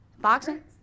Boxing